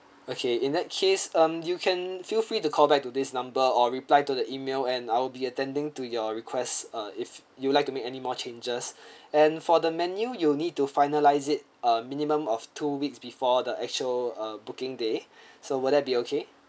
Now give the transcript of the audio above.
okay in that case um you can feel free to call back to this number or reply to the email and I will be attending to your request uh if you'd like to make any more changes and for the menu you'll need to finalize it ah minimum of two weeks before the actual ah booking day so will that be okay